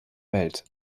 welt